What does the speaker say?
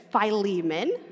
Philemon